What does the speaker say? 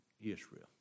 Israel